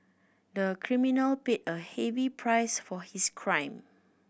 the criminal paid a heavy price for his crime